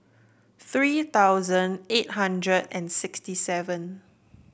three thousand eight hundred and sixty seven